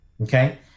okay